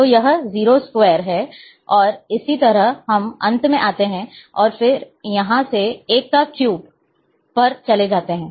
तो यह 02 है और इसी तरह हम अंत में आते हैं और फिर यहाँ से 13 पर चले जाते हैं